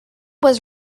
was